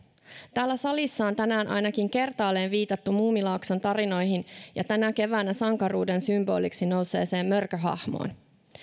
täällä salissa on tänään ainakin kertaalleen viitattu muumilaakson tarinoihin ja tänä keväänä sankaruuden symboliksi nousseeseen mörkö hahmoon